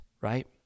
right